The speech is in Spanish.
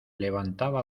levantaba